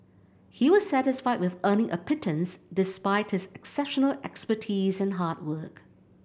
he was satisfied with earning a pittance despite his exceptional expertise and hard work